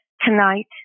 Tonight